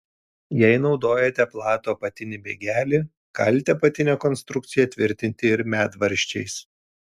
jei naudojate platų apatinį bėgelį galite apatinę konstrukciją tvirtinti ir medvaržčiais